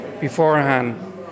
beforehand